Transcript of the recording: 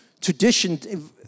tradition